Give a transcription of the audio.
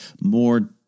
more